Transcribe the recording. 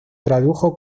tradujo